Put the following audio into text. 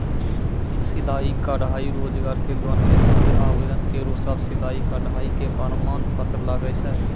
सिलाई कढ़ाई रोजगार के लोन के खातिर आवेदन केरो साथ सिलाई कढ़ाई के प्रमाण पत्र लागै छै?